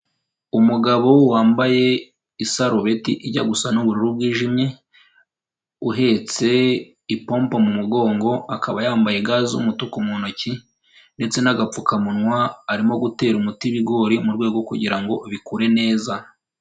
Umugabo wambaye isarubeti ijya gusa n'ubururu bwijimye, uhetse ipompo mu mugongo akaba yambaye ga z'umutuku mu ntoki ndetse n'agapfukamunwa, arimo gutera umuti ibigori mu rwego kugira ngo bikure neza.